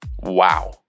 wow